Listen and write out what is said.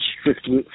strictly